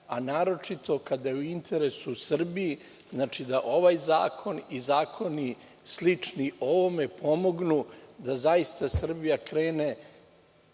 a naročito kada je u interesu Srbije da ovaj zakon i zakoni slični ovome pomognu da Srbija krene